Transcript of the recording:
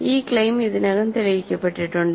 ഈ ക്ലെയിം ഇതിനകം തെളിയിക്കപ്പെട്ടിട്ടുണ്ട്